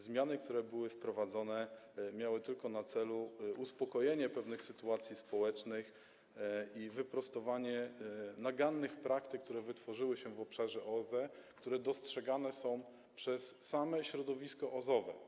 Zmiany, które były wprowadzone, miały tylko na celu uspokojenie pewnych sytuacji społecznych i wyprostowanie nagannych praktyk, które wytworzyły się w obszarze OZE, które dostrzegane są przez same środowisko OZE-owe.